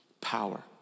power